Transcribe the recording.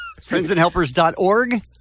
Friendsandhelpers.org